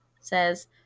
says